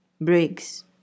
Briggs